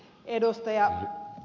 ukkola